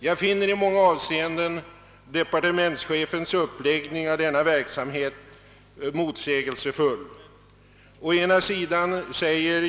Jag finner departementschefens uppläggning av denna verksamhet vara motsägelsefull i många avseenden.